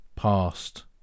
past